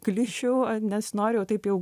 klišių nesinori jau taip jau